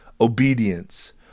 obedience